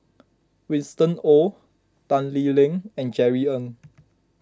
Winston Oh Tan Lee Leng and Jerry Ng